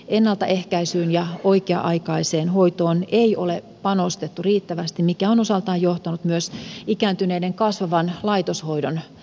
ennaltaehkäisyyn ja oikea aikaiseen hoitoon ei ole panostettu riittävästi mikä on osaltaan johtanut myös ikääntyneiden kasvavan laitoshoidon tarpeeseen